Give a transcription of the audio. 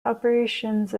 operations